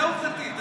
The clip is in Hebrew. זה עובדתית.